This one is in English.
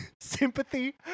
sympathy